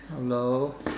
hello